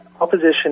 opposition